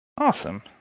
Awesome